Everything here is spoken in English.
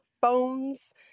phones